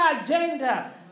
agenda